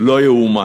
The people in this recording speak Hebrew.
לא ייאמן.